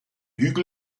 hügel